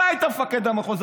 אתה היית מפקד המחוז,